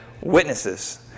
witnesses